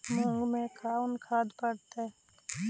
मुंग मे कोन खाद पड़तै है?